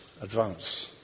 advance